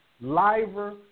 liver